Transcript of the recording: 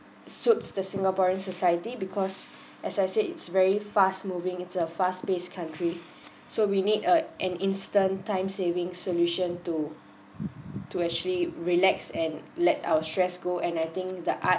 suits the singaporean society because as I said it's very fast moving it's a fast paced country so we need uh an instant time saving solution to to actually relax and let our stress go and I think the art